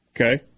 Okay